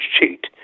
cheat